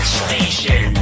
station